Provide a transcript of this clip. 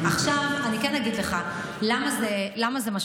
עכשיו אני כן אגיד לך למה זה משמעותי.